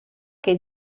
che